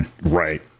right